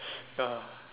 ya